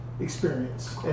experience